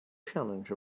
challenge